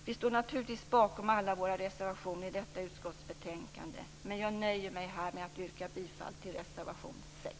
Vi står naturligtvis bakom alla våra reservationer i detta utskottsbetänkande, man jag nöjer mig här med att yrka bifall till reservation 6.